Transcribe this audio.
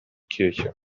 kirche